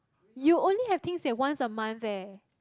you only have things that once a month eh